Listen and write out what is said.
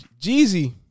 Jeezy